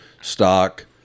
stock